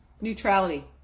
Neutrality